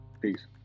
peace